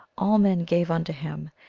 all men gave unto him,